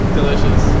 Delicious